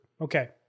Okay